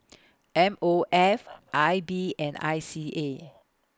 M O F I B and I C A